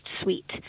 sweet